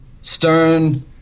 stern